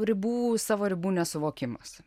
ribų savo ribų nesuvokimas